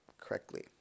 correctly